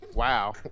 Wow